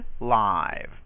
live